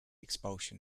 expulsion